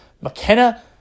McKenna